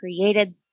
created